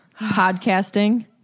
Podcasting